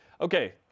Okay